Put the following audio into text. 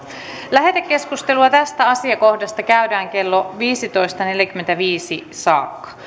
lähetekeskustelua tästä asiakohdasta käydään kello viisitoista neljäkymmentäviisi saakka